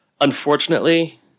unfortunately